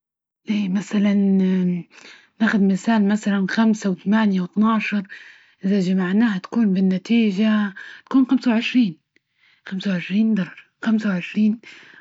إيه مثلا ناخد مثال مثلا خمسة وثمانية واثنى عشر إذا جمعناها تكون بالنتيجة تكون خمسة وعشرين، خمسة وعشرين دولار، خمسة وعشرين قصدي.